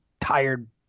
tired